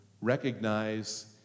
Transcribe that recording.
recognize